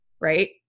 right